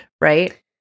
right